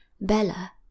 Bella